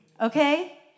Okay